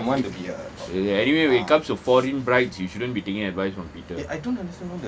anyway when it comes to foreign brides you shouldn't be taking advice from peter